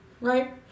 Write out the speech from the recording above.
right